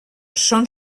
són